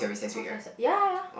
organiser ya ya ya